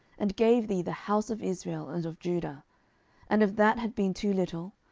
and gave thee the house of israel and of judah and if that had been too little,